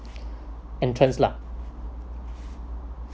entrance lah